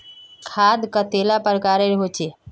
खाद कतेला प्रकारेर होचे?